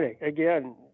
Again